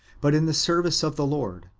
but in the service of the lord,